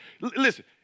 Listen